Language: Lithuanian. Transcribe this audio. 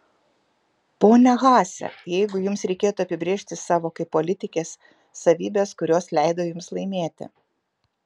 ponia haase jeigu jums reikėtų apibrėžti savo kaip politikės savybes kurios leido jums laimėti